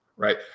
Right